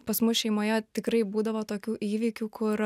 pas mus šeimoje tikrai būdavo tokių įvykių kur